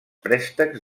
préstecs